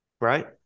Right